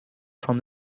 from